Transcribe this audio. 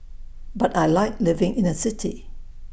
but I Like living in A city